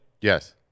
Yes